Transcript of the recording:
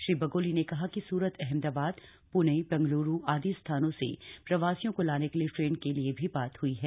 श्री बगोली ने कहा कि सूरत अहमदाबाद प्णे बंगल्रु आदि स्थानों से प्रवासियों को लाने के लिए ट्रेन के लिए भी बात हई हैं